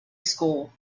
school